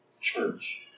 church